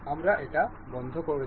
আমরা এটা বন্ধ করে দেব